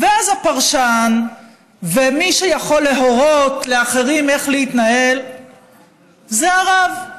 ואז הפרשן ומי שיכול להורות לאחרים איך להתנהל זה הרב.